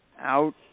out